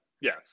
yes